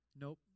Nope